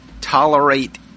Tolerate